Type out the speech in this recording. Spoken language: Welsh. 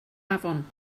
afon